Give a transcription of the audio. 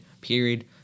period